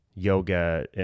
yoga